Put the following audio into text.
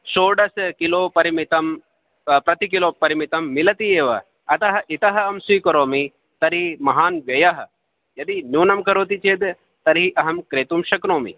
षोडश किलो परिमितं प्रतिकिलो परिमितं मिलति एव अतः इतः अहं स्वीकरोमि तर्हि महान् व्ययः यदि न्यूनं करोति चेत् तर्हि अहं क्रेतुं शक्नोमि